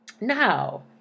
Now